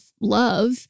love